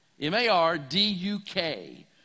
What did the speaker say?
M-A-R-D-U-K